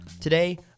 Today